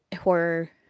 horror